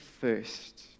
first